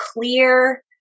clear